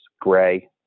gray